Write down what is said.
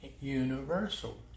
universal